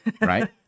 right